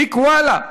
תיק וואלה.